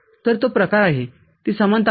तरतो प्रकार आहे ती समानता आहे